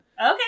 Okay